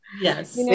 Yes